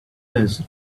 this